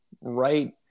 right